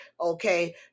okay